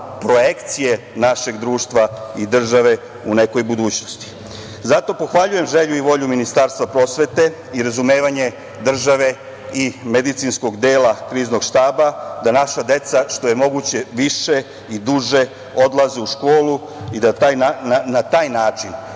projekcije našeg društva i države u nekoj budućnosti. Zato pohvaljujem želju i volju Ministarstva prosvete i razumevanje države i medicinskog dela Kriznog štaba da naša deca što je moguće više i duže odlaze u školu i da na taj način,